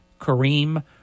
Kareem